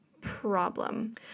problem